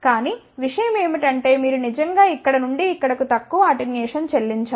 కానీ విషయం ఏమిటంటే మీరు నిజంగా ఇక్కడ నుండి ఇక్కడకు తక్కువ అటెన్యుయేషన్ చెల్లించాలి